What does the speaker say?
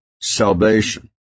salvation